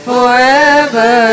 Forever